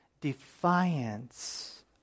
defiance